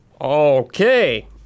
Okay